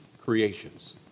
creations